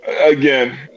Again